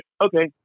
okay